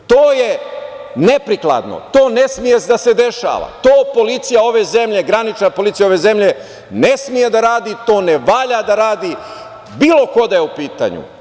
To je neprikladno, to ne sme da se dešava, to granična policija ove zemlje ne sme da radi, to ne valja da radi bilo ko da je u pitanju.